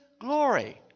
glory